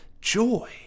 joy